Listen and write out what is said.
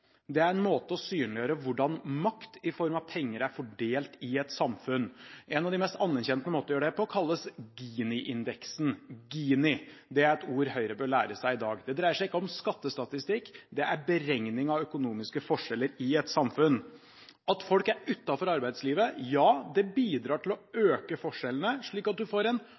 det er en måte å synliggjøre på hvordan makt i form av penger er fordelt i et samfunn. En av de mest anerkjente måtene å gjøre det på kalles Gini-indeksen. Gini – det er et ord Høyre bør lære seg i dag. Det dreier seg ikke om skattestatistikk. Det er beregning av økonomiske forskjeller i et samfunn. At folk er utenfor arbeidslivet, ja, det bidrar til å øke forskjellene slik at man får en